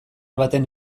baten